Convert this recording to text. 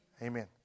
Amen